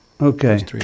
Okay